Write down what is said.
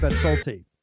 Salty